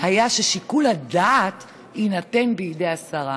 היה ששיקול הדעת יינתן בידי השרה.